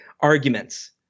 arguments